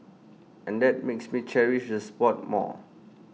and that makes me cherish the spot more